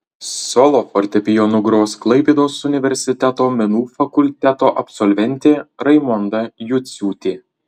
solo fortepijonu gros klaipėdos universiteto menų fakulteto absolventė raimonda juciūtė